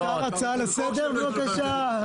אפשר הצעה לסדר, בבקשה?